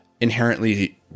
inherently